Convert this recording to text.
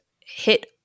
hit